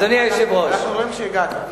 אנחנו רואים שהגעת.